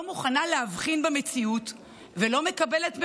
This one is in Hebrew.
לא מוכנה להבחין במציאות ולא מקבלת מאום.